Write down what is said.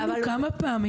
היינו כמה פעמים,